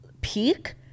peak